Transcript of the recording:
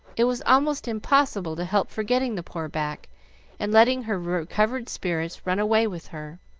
it was almost impossible to help forgetting the poor back and letting her recovered spirits run away with her.